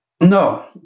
No